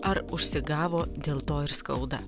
ar užsigavo dėl to ir skauda